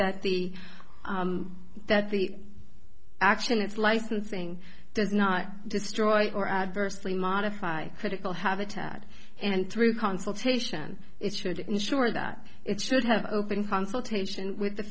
that the that the action its licensing does not destroy or adversely modify critical habitat and through consultation it should ensure that it should have open consultation with the